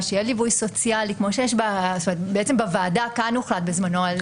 שיהיה ליווי סוציאלי כמו שבוועדה כאן הוחלט בזמנו.